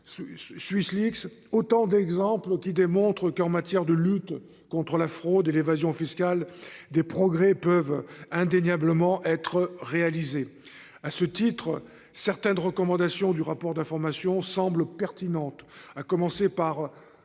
Autant d'exemples qui démontrent qu'en matière de lutte contre la fraude et l'évasion fiscale des progrès peuvent indéniablement être réalisé. À ce titre, certaines recommandations du rapport d'information semble. Pertinente à commencer par